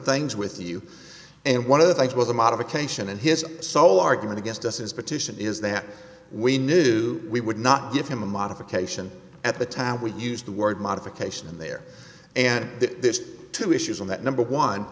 things with you and one of the things was a modification and his sole argument against us is petition is that we knew we would not give him a modification at the time we used the word modification in there and there's two issues on that number one